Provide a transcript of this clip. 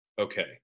okay